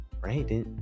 Right